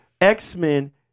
X-Men